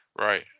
Right